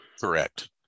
Correct